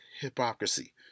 hypocrisy